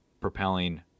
propelling